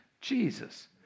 Jesus